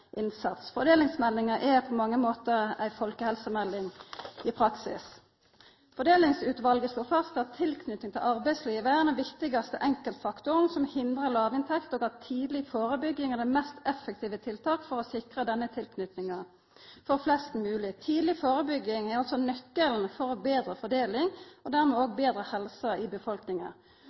innsats. Fordelingsmeldinga er på mange måtar ei folkehelsemelding i praksis. Fordelingsutvalet slo fast at tilknyting til arbeidslivet er den viktigaste enkeltfaktoren som hindrar låginntekt, og at tidleg førebygging er det mest effektive tiltaket for å sikra den tilknytinga for flest mogleg. Tidleg førebygging er nøkkelen til betre fordeling og dermed betre helse i befolkninga.